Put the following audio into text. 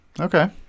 Okay